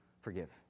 forgive